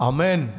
Amen